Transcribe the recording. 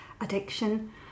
addiction